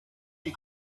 die